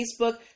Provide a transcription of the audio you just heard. Facebook